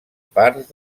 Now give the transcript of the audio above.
parts